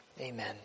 Amen